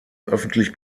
öffentlich